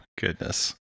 Goodness